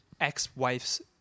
Ex-wife's